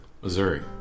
missouri